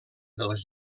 dels